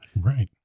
Right